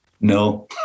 No